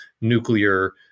nuclear